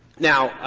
now,